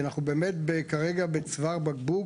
כי אנחנו באמת כרגע בצוואר בקבוק